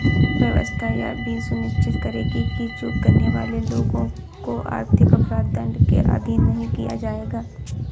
व्यवस्था यह भी सुनिश्चित करेगी कि चूक करने वाले लोगों को आर्थिक अपराध दंड के अधीन नहीं किया जाएगा